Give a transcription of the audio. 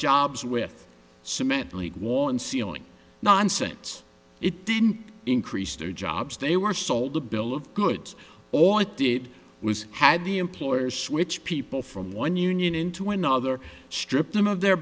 jobs with cement wall and ceiling nonsense it didn't increase their jobs they were sold a bill of goods all it did was have the employers switch people from one union into another stripped them of their